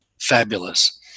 fabulous